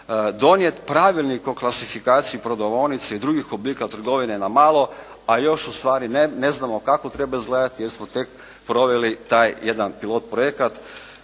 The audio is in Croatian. donijeti pravilnik o klasifikaciji prodavaonica i drugih oblika trgovine na malo, još ustvari ne znamo kako treba izgledati jer smo tek proveli taj jedan pilot projekt